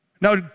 Now